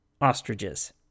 Ostriches